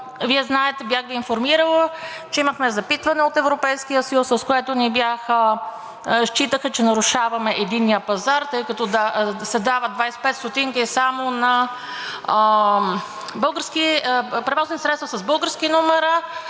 Вие знаете, бях Ви информирала, че имахме запитване от Европейския съюз, с което считаха, че нарушаваме единния пазар, тъй като се дават 25 стотинки само на превозни средства с български номера.